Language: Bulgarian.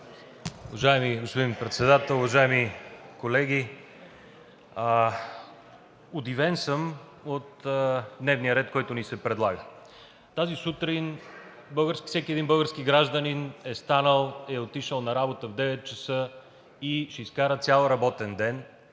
Уважаеми господин Председател, уважаеми колеги! Удивен съм от дневния ред, който ни се предлага. Тази сутрин всеки един български гражданин е станал, отишъл е на работа в 9,00 ч. и ще изкара цял работен ден,